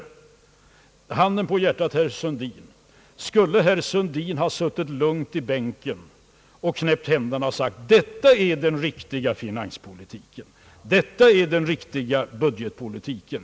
Handen på hjärtat, herr Sundin! Skulle herr Sundin ha suttit lugnt i bänken och knäppt händerna och sagt att detta är den riktiga finanspolitiken och den riktiga budgetpolitiken?